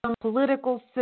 political